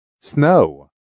snow